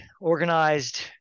organized